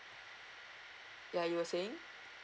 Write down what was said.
ya you were saying